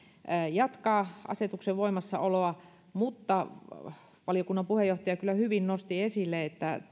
jatkaa asetuksen voimassaoloa mutta valiokunnan puheenjohtaja kyllä hyvin nosti esille että